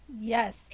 Yes